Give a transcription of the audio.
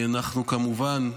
כמובן,